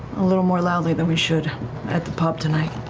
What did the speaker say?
a little more loudly than we should at the pub tonight.